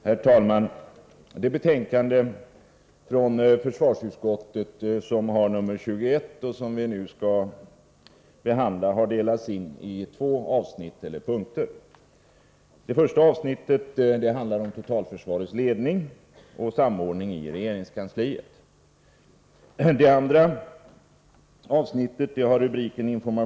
Herr talman! Det betänkande från försvarsutskottet som har nr 21 och som vi nu skall behandla har delats in i två avsnitt eller punkter. Det första avsnittet handlar om totalförsvarets ledning och samordning i regeringskansliet.